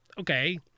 Okay